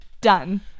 Done